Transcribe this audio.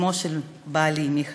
אמו של בעלי, מיכאל,